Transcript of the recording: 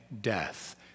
death